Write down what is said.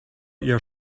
your